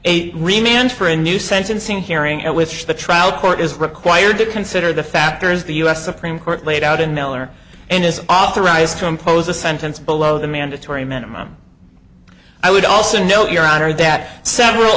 remains for a new sentencing hearing at which the trial court is required to consider the factors the u s supreme court laid out in miller and is authorized to impose a sentence below the mandatory minimum i would also note your honor that several